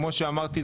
כמו שאמרתי,